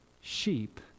sheep